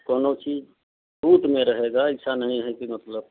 दोनों चीज़ छूट में रहेगा ऐसा नही है कि मतलब